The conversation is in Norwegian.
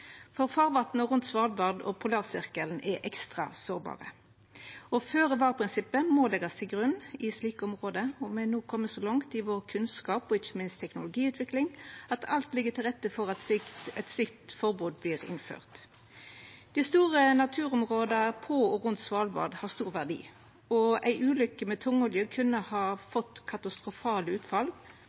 litt. Farvatna rundt Svalbard og polarsirkelen er ekstra sårbare, og føre-var-prinsippet må leggjast til grunn i slike område. Me har no kome så langt i vår kunnskap og ikkje minst teknologiutvikling at alt ligg til rette for at eit slikt forbod vert innført. Dei store naturområda på og rundt Svalbard har stor verdi, og ei ulykke med tungolje kunne ha fått katastrofale utfall